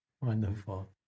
Wonderful